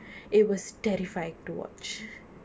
it was terrifying to watch